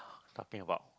nothing about